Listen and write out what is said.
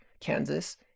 Kansas